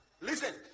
Listen